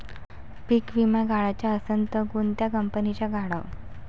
पीक विमा काढाचा असन त कोनत्या कंपनीचा काढाव?